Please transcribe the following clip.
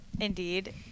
Indeed